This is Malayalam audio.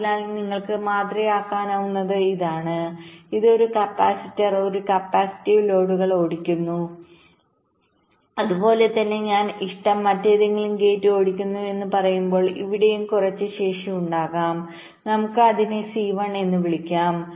അതിനാൽ നിങ്ങൾക്ക് മാതൃകയാക്കാനാകുന്നത് ഇതാണ് ഇത് ഒരു കപ്പാസിറ്റർ ഒരു കപ്പാസിറ്റീവ് ലോഡുകൾ ഓടിക്കുന്നു അതുപോലെ തന്നെ ഞാൻ ഈ ഇഷ്ടം മറ്റേതെങ്കിലും ഗേറ്റ് ഓടിക്കുന്നുവെന്ന് പറയുമ്പോൾ ഇവിടെയും കുറച്ച് ശേഷി ഉണ്ടാകും നമുക്ക് അതിനെ C1 എന്ന് വിളിക്കാം